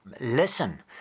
Listen